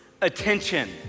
attention